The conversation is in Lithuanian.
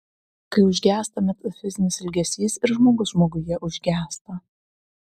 kai užgęsta metafizinis ilgesys ir žmogus žmoguje užgęsta